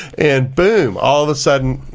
and, boom, all of a sudden,